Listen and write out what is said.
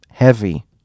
heavy